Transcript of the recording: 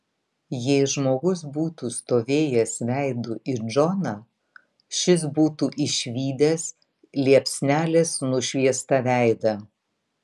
jei žmogus būtų stovėjęs veidu į džoną šis būtų išvydęs liepsnelės nušviestą veidą